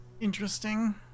interesting